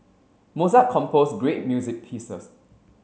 Mozart composed great music pieces